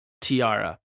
tiara